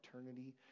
eternity